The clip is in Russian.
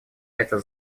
эта